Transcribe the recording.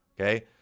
okay